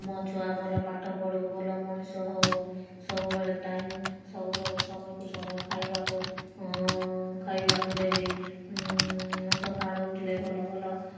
ମୋ ଛୁଆ ଭଲ ପାଠ ପଢ଼ୁ ଭଲ ମଣିଷ ହେଉ ସବୁବେଳେ ଟାଇମ୍ ସବୁବେଳେ ସମୟକୁ ସମୟ ଖାଇବାକୁ ଖାଇବାକୁ ଦେବି ସଖାଳୁ ଉଠିଲେ ଭଲ ଭଲ